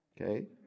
okay